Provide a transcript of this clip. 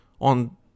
on